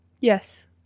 Yes